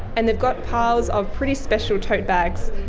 and they've got piles of pretty special tote bags.